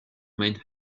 main